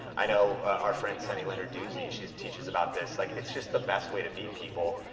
i know, our friend, cindy lennar dewsey, she teaches about this, like it's just the best way to meet people,